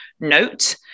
note